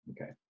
Okay